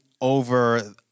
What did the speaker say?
over